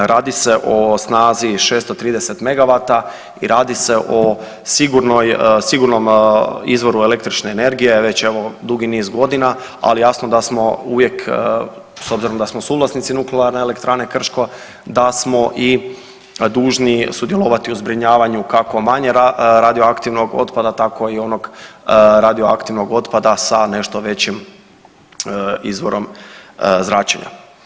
Radi se o snazi 630 megawata i radi se o sigurnom izvoru električne energije već evo dugi niz godina, ali jasno da smo uvijek s obzirom da smo suvlasnici Nuklearne elektrane Krško da smo i dužni sudjelovati u zbrinjavanju kako manje radioaktivnog otpada tako i onog radioaktivnog otpada sa nešto većim izvorom zračenja.